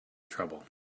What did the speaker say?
trouble